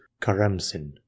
Karamsin